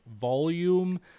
volume